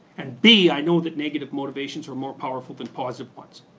and b i know that negative motivations are more powerful than positive ones.